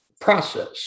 process